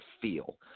feel